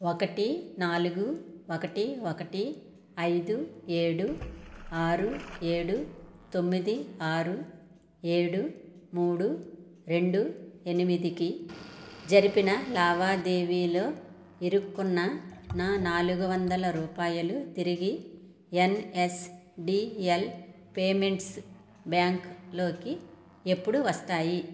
ఒకటి నాలుగు ఒకటి ఒకటి ఐదు ఏడు ఆరు ఏడు తొమ్మిది ఆరు ఏడు మూడు రెండు ఎనిమిదికి జరిపిన లావాదేవీలో ఇరుక్కున్న నా నాలుగు వందల రూపాయలు తిరిగి ఎన్ఎస్డిఎల్ పేమెంట్స్ బ్యాంక్లోకి ఎప్పుడు వస్తాయి